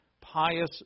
pious